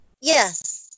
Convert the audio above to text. yes